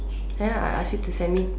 then I ask you to send me